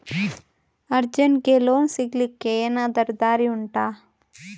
ಅರ್ಜೆಂಟ್ಗೆ ಲೋನ್ ಸಿಗ್ಲಿಕ್ಕೆ ಎನಾದರೂ ದಾರಿ ಉಂಟಾ